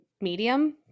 Medium